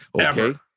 okay